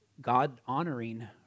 God-honoring